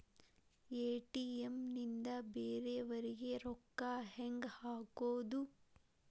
ATM ನಿಂದ ಬೇರೆಯವರಿಗೆ ರೊಕ್ಕ ಹೆಂಗ್ ಹಾಕೋದು?